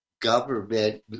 government